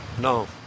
no